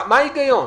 מה ההיגיון?